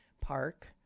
park